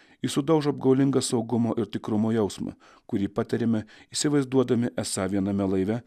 ji sudaužo apgaulingą saugumo ir tikrumo jausmą kurį patiriame įsivaizduodami esą viename laive